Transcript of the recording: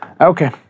Okay